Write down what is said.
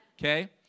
Okay